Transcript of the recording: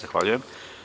Zahvaljujem.